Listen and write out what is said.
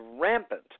rampant